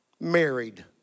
married